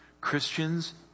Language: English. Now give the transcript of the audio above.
Christians